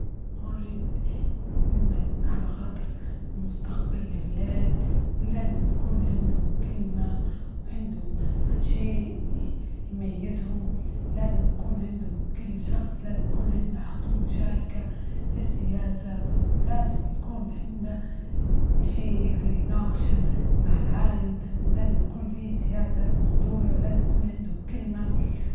مهم واجد إن على خاطر مستقبل البلاد، لازم تكون عندهم كلمة وعندهم شيء يميزهم، لازم يكون عندهم كل شخص لازم يكون عنده عقل مشاركة في السياسة، ولازم يكون حنا شي يقدر يناقشه مع العالم، لازم يكون في سياسة في الموضوع، ولازم يكون عندهم كلمة.